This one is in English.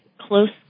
close